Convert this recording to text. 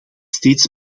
steeds